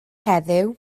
heddiw